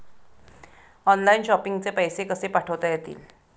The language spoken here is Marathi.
ऑनलाइन शॉपिंग चे पैसे कसे पाठवता येतील?